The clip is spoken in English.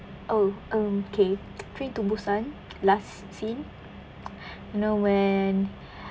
oh um okay train to busan last scene you know when